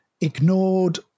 ignored